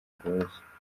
bworoshye